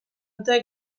dute